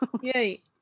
Yay